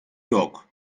yok